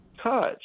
touch